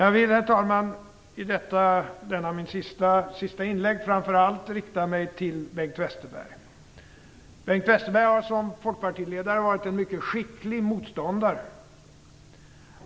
Jag vill, herr talman, i detta mitt sista inlägg framför allt rikta mig till Bengt Westerberg. Bengt Westerberg har som folkpartiledare varit en mycket skicklig motståndare.